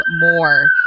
more